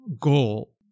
goal